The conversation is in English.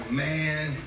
man